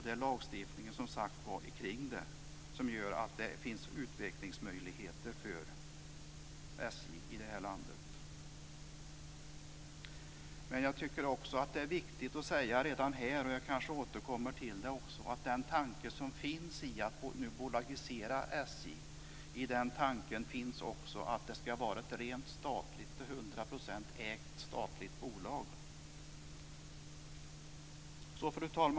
Det är lagstiftningen omkring det som gör att det finns utvecklingsmöjligheter för SJ i det här landet. Men jag tycker också att det är viktigt att redan nu säga - jag kanske återkommer till det - att i den tanke som nu finns att bolagisera SJ finns också att det ska vara ett rent 100-procentigt statligt ägt bolag.